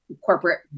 corporate